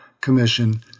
Commission